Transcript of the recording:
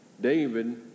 David